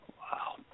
wow